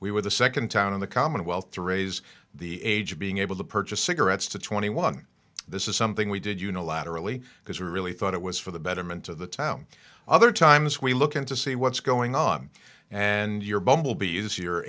we were the nd town in the commonwealth to raise the age of being able to purchase cigarettes to twenty one this is something we did unilaterally because we really thought it was for the betterment of the town other time as we look into see what's going on and your bumblebee is your